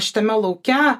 šitame lauke